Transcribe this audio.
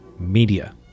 media